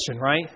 right